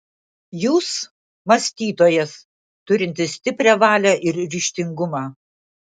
jūs mąstytojas turintis stiprią valią ir ryžtingumą